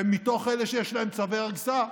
ומתוך אלה שיש להם צווי הריסה,